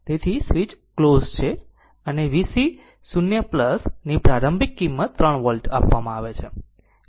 તેથી switch close છે અને VC 0 ની પ્રારંભિક કિંમત 3 વોલ્ટ આપવામાં આવે છે